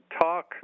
talk